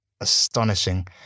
astonishing